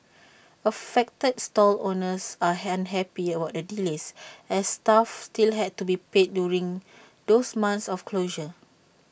affected stall owners are unhappy about the delays as staff still had to be paid during those months of closure